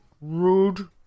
rude